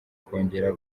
kongera